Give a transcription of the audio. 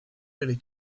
really